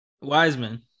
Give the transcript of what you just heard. Wiseman